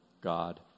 God